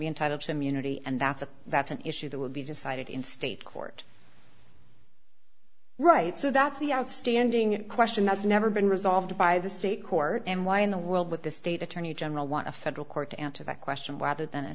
be entitled to immunity and that's a that's an issue that will be decided in state court right so that's the outstanding question that's never been resolved by the state court and why in the world with the state attorney general want a federal court to answer that question rather than a